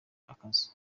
akazu